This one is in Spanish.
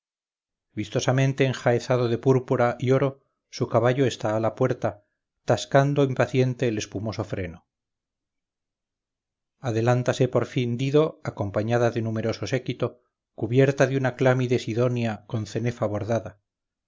lecho vistosamente enjaezado de púrpura y oro su caballo está a la puerta tascando impaciente el espumoso freno adelántase por fin dido acompañada de numeroso séquito cubierta de una clámide sidonia con cenefa bordada